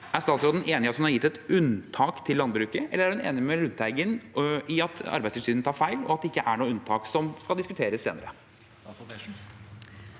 Er statsråden enig i at hun har gitt et unntak til landbruket, eller er hun enig med Lundteigen i at Arbeidstilsynet tar feil, og at det ikke er noe unntak som skal diskuteres senere?